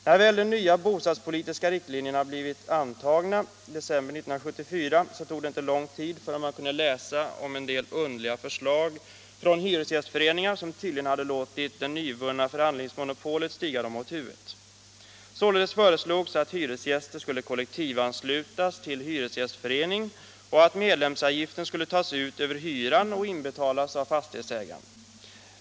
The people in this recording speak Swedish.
När väl de nya bostadspolitiska riktlinjerna blivit antagna i december 1974 så tog det inte lång tid förrän man kunde läsa om en del underliga förslag från hyresgästföreningar, som tydligen hade låtit det nyvunna förhandlingsmonopolet stiga dem åt huvudet. Således föreslogs att hyresgäster skulle kollektivanslutas till hyresgästförening och att medlemsavgiften skulle tas ut över hyran och inbetalas av fastighetsägaren.